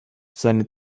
seine